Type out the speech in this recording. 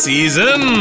Season